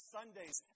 Sundays